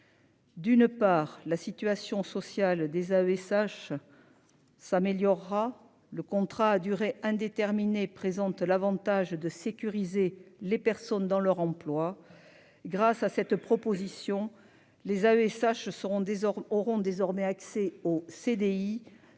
D'une part la situation sociale des AESH. S'améliorera le contrat à durée indéterminée présente l'Avantage de sécuriser les personnes dans leur emploi. Grâce à cette proposition. Les AESH seront désormais auront